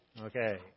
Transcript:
Okay